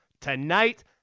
Tonight